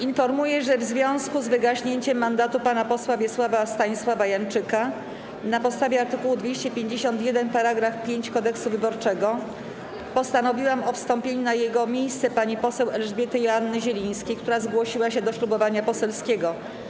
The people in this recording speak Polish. Informuję, że w związku z wygaśnięciem mandatu pana posła Wiesława Stanisława Janczyka, na podstawie art. 251 § 5 Kodeksu wyborczego, postanowiłam o wstąpieniu na jego miejsce pani poseł Elżbiety Joanny Zielińskiej, która zgłosiła się do ślubowania poselskiego.